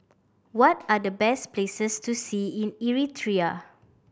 what are the best places to see in Eritrea